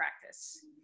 practice